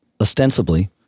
ostensibly